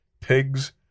pigs